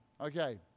Okay